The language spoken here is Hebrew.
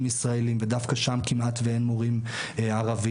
ישראלים ודווקא שם כמעט אין מורים ערבים.